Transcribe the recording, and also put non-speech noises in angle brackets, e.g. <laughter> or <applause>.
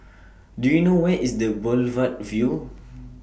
<noise> Do YOU know Where IS The Boulevard Vue <noise>